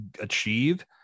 achieve